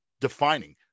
defining